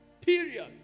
period